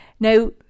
Now